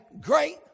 great